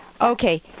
Okay